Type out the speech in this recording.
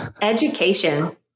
Education